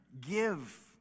give